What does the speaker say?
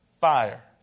fire